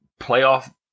playoff